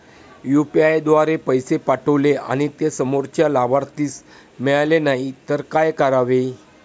UPI द्वारे पैसे पाठवले आणि ते समोरच्या लाभार्थीस मिळाले नाही तर काय करावे?